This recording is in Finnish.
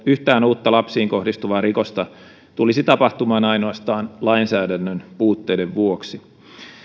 yhtään uutta lapsiin kohdistuvaa rikosta tulisi tapahtumaan ainoastaan lainsäädännön puutteiden vuoksi